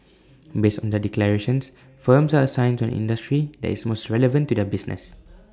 based on their declarations firms are assigned to an industry that is most relevant to their business